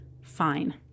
fine